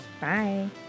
Bye